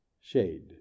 Shade